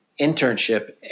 internship